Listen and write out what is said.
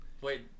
wait